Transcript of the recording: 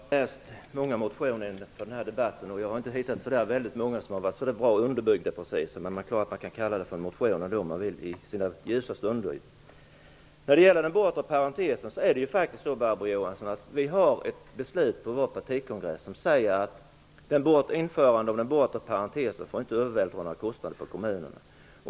Herr talman! Jag har läst många motioner inför den här debatten, och jag har inte hittat många som är särskilt bra underbyggda. Men man kan ju ändå kalla dem för motioner i sina ljusa stunder. När det gäller den bortre parentesen finns det ett beslut från vår partikongress som säger att ett införande av den bortre parentesen får inte medföra någon övervältring av kostnader på kommunerna.